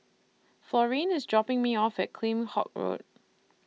Florine IS dropping Me off At Kheam Hock Road